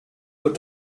were